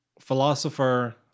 philosopher